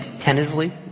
tentatively